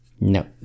No